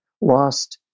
lost